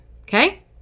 okay